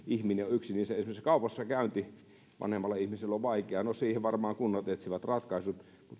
ihminen on yksin esimerkiksi kaupassa käynti joka vanhemmalla ihmisellä on vaikeaa no siihen varmaan kunnat etsivät ratkaisun mutta